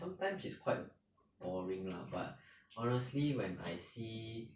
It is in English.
sometimes it' s quite boring lah but honestly when I see